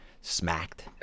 smacked